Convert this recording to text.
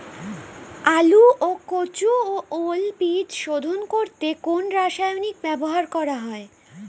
আলু ও কচু ও ওল বীজ শোধন করতে কোন রাসায়নিক ব্যবহার করা হয়?